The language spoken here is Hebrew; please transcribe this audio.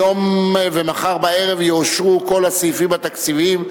היום ומחר בערב יאושרו כל הסעיפים התקציביים,